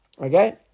Okay